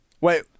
Wait